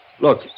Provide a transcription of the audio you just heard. Look